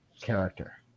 character